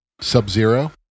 Sub-Zero